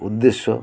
ᱩᱫᱫᱮᱥᱥᱚ